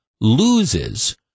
loses